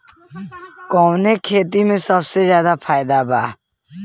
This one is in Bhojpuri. कवने खेती में सबसे ज्यादा फायदा बा?